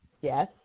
yes